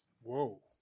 Whoa